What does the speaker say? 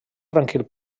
tranquil